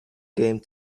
game